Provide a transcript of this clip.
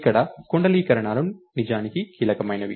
ఇక్కడ కుండలీకరణాలు నిజానికి కీలకమైనవి